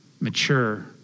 mature